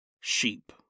sheep